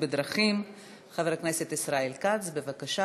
בדרכים חבר הכנסת ישראל כץ בבקשה,